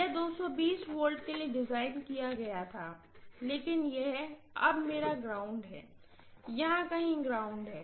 यह केवल V के लिए डिजाइन था लेकिन यह अब मेरा ग्राउंड है यहां कहीं ग्राउंड है